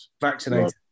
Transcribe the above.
vaccinated